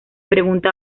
pregunta